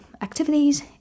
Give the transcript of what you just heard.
activities